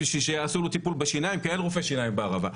שיעשו טיפול בשיניים כי אין רופא שיניים בערבה.